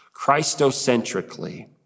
Christocentrically